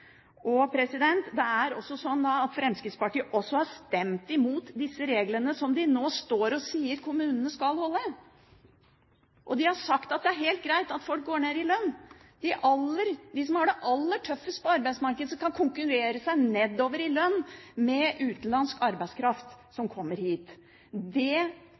Fremskrittspartiet har også stemt imot de reglene som de nå står og sier kommunene skal overholde, og de har sagt at det er helt greit at folk går ned i lønn. De som har det aller tøffest på arbeidsmarkedet, skal konkurrere seg nedover i lønn med utenlandsk arbeidskraft som kommer hit. Det